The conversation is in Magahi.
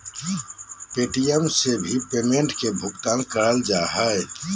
पे.टी.एम से भी पेमेंट के भुगतान करल जा हय